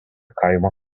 kaimo